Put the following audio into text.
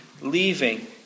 Leaving